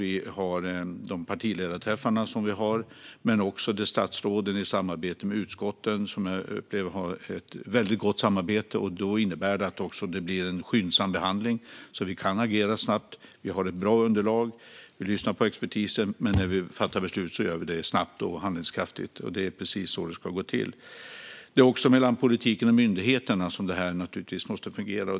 Vi har våra partiledarträffar, och jag upplever också att statsråden har ett väldigt gott samarbete med utskotten, vilket innebär en skyndsam behandling så att vi kan agera snabbt. Vi har ett bra underlag, vi lyssnar på expertisen och när vi fattar beslut gör vi det snabbt och handlingskraftigt. Det är precis så det ska gå till. Det måste också fungera mellan politiken och myndigheterna.